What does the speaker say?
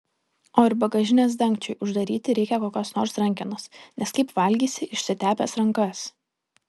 o ir bagažinės dangčiui uždaryti reikia kokios nors rankenos nes kaip valgysi išsitepęs rankas